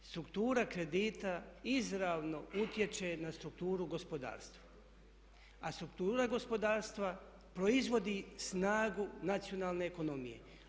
Struktura kredita izravno utječe na strukturu gospodarstva a struktura gospodarstva proizvodi snagu nacionalne ekonomije.